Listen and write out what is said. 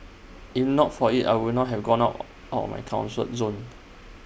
if not for IT I would not have gonna out of my zone